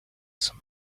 some